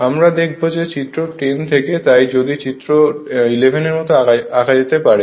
আমরা দেখব যে চিত্র 10 থেকে তাই চিত্র 11 এর মতো আঁকা যেতে পারে